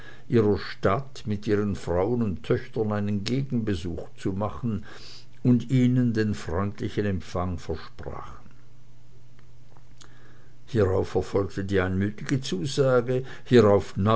ihrer stadt mit ihren frauen und töchtern einen gegenbesuch zu machen und ihnen den freundlichsten empfang versprachen hierauf erfolgte die einmütige zusage hierauf